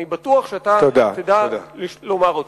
ואני מקווה שתדע לומר אותה.